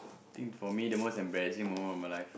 think for me the most embarrassing moment of my life